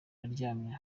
aryamye